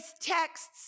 texts